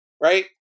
right